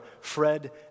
Fred